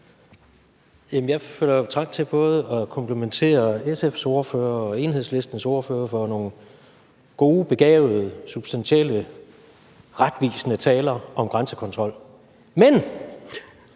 jeg føler jo trang til både at komplimentere SF's ordfører og Enhedslistens ordfører for nogle gode, begavede, substantielle, retvisende taler om grænsekontrol, men